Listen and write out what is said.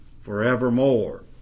forevermore